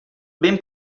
ben